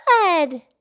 good